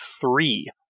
three